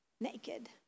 naked